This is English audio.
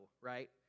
right